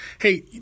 Hey